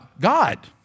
God